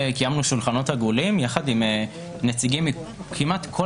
קיימנו שולחנות עגולים עם נציגים עם כמעט כל